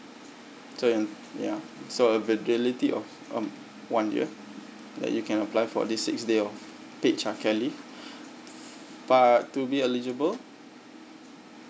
so ya ya so availability of um one year that you can apply for this six day of paid childcare leave but to be eligible